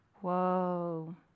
Whoa